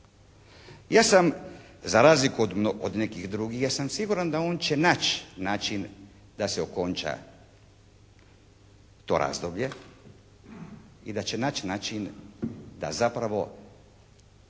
Ja sam za razliku od nekih drugih, ja sam siguran da on će naći način da se okonča to razdoblje i da će naći način da zapravo